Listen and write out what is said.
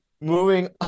moving